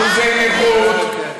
אחוזי נכות,